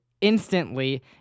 instantly